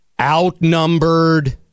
outnumbered